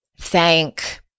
thank